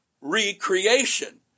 recreation